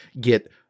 get